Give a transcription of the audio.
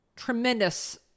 tremendous